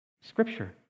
Scripture